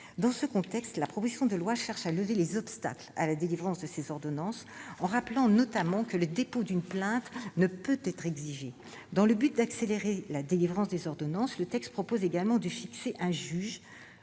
Dans ce contexte, la proposition de loi cherche à lever les obstacles à la délivrance de ces ordonnances, en rappelant notamment que le dépôt d'une plainte ne peut être exigé. Dans le dessein d'accélérer leur délivrance, le texte prévoit également de fixer au juge